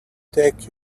take